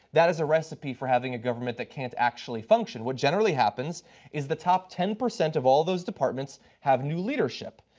that is a recipe for having a government that can actually function. what generally happens is, the top ten percent of all those departments have new leadership,